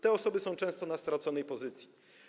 Te osoby są często na straconej pozycji.